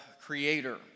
creator